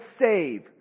save